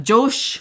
Josh